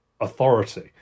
authority